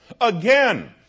Again